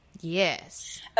Yes